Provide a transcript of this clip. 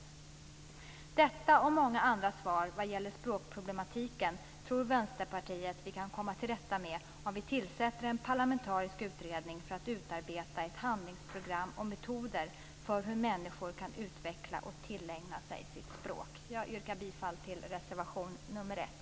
Svaret på detta och många andra problem vad gäller språket tror Vänsterpartiet att vi kan komma till rätta med om vi tillsätter en parlamentarisk utredning för att utarbeta ett handlingsprogram och metoder för hur människor kan utveckla och tillägna sig sitt språk. Jag yrkar bifall till reservation nr 1.